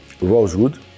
rosewood